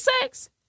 sex